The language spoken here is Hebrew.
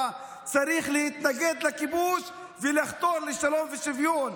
צריך להתנגד לכיבוש ולחתור לשלום ושוויון.